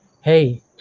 hey